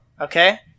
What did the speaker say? okay